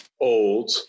old